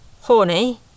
horny